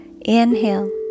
inhale